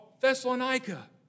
Thessalonica